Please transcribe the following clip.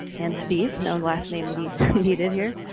and steve, no last name needed here.